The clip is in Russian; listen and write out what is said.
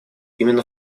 именно